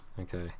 Okay